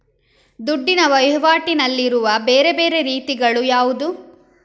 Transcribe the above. ದುಡ್ಡಿನ ವಹಿವಾಟಿನಲ್ಲಿರುವ ಬೇರೆ ಬೇರೆ ರೀತಿಗಳು ಯಾವುದು?